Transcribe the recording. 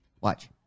Watch